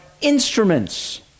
instruments